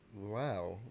Wow